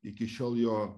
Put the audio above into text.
iki šiol jo